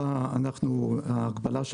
בה ההגבלה היא